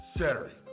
Saturday